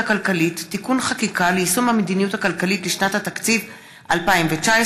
הכלכלית (תיקוני חקיקה ליישום המדיניות הכלכלית לשנת התקציב 2019),